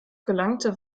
gelangte